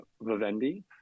Vivendi